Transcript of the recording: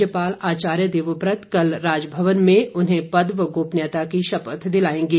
राज्यपाल आचार्य देवव्रत कल राजभवन में उन्हें पद व गोपनीयता की शपथ दिलाएंगे